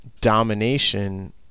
domination